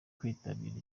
kwitabira